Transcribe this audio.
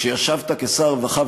כשישבת כשר הרווחה,